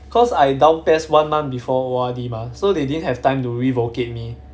cause I down PES one month before O_R_D mah so they didn't have time to revocate me